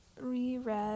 reread